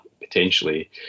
potentially